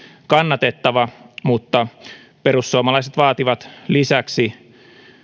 kannatettava mutta perussuomalaiset vaativat lisäksi